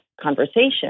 conversation